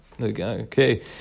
Okay